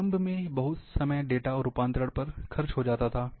प्रारंभ में बहुत समय डेटा रूपांतरण पर खर्च हो जाता था